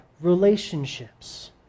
relationships